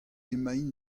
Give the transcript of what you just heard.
emaint